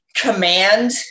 command